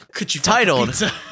titled